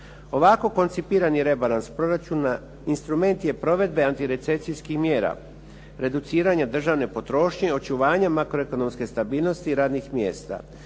Ovako koncipirani rebalans proračuna instrument je provedbe antirecesijskih mjera, reduciranja državne potrošnje, očuvanje makroekonomske stabilnosti radnih mjesta.